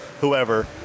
whoever